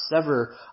sever